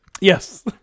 yes